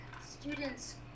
students